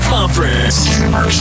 Conference